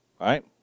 right